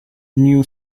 new